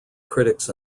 critics